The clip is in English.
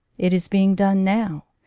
it is being done now.